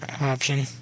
option